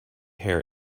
hair